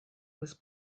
was